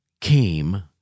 came